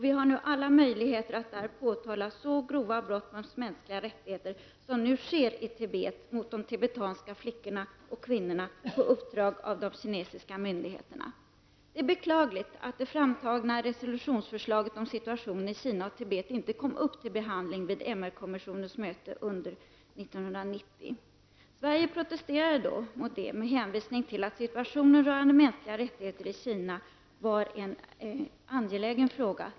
Vi har nu alla möjligheter att där påtala så grova brott mot de mänskliga rättigheterna som nu sker i Tibet mot de tibetanska flickorna och kvinnorna på uppdrag av de kinesiska myndigheterna. Det är beklagligt att det framtagna resolutionsförslaget beträffande situationen i Kina och Tibet inte kom upp till behandling vid MR kommissionens möte under 1990. Sverige protesterade då mot det med hänvisning till att situationen när det gäller mänskliga rättigheter i Kina är en angelägen fråga.